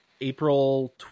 april